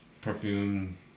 perfume